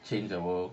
change the world